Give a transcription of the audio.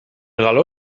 galó